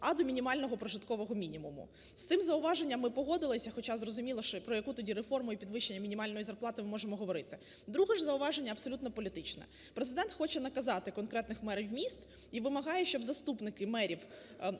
а до мінімального прожиткового мінімуму. З тим зауваженням ми погодилися, хоча зрозуміло, що про яку тоді реформу і підвищення мінімальної зарплати ми можемо говорити. Друге ж зауваження абсолютно політичне. Президент хоче наказати конкретних мерів міст і вимагає, щоб заступники мерів міст